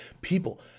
People